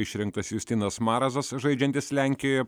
išrinktas justinas marazas žaidžiantis lenkijoje